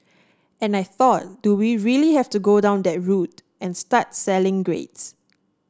and I thought do we really have to go down that route and start selling grades